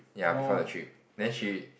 ya before the trip then she